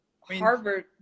Harvard